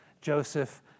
Joseph